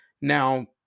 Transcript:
Now